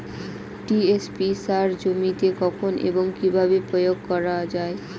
TSP সার জমিতে কখন এবং কিভাবে প্রয়োগ করা য়ায়?